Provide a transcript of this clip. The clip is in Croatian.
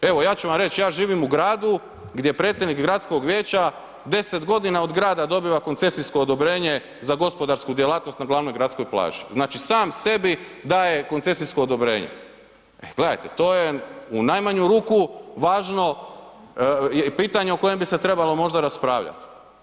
Evo, ja ću vam reć, ja živim u gradu gdje predsjednik gradskog vijeća 10.g. od grada dobiva koncesijsko odobrenje za gospodarsku djelatnost na glavnoj gradskoj plaži, znači, sam sebi daje koncesijsko odobrenje, e gledajte, to je u najmanju ruku važno pitanje o kojem bi se trebalo možda raspravljat.